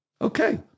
Okay